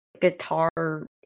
guitar